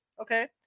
okay